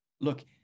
look